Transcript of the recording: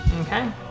Okay